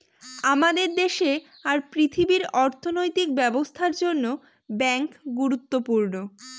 আমাদের দেশে আর পৃথিবীর অর্থনৈতিক ব্যবস্থার জন্য ব্যাঙ্ক গুরুত্বপূর্ণ